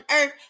Earth